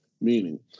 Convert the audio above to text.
meaning